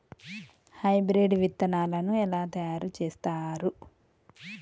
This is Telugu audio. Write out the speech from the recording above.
హైబ్రిడ్ విత్తనాలను ఎలా తయారు చేస్తారు?